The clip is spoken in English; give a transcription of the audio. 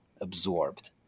absorbed